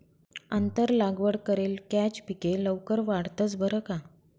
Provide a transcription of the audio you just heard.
आंतर लागवड करेल कॅच पिके लवकर वाढतंस बरं का